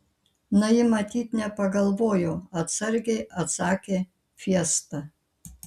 na ji matyt nepagalvojo atsargiai atsakė fiesta